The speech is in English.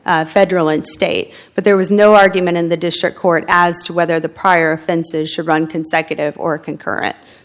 federal and state but there was no argument in the district court as to whether the prior fences should run consecutive or concurre